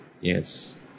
Yes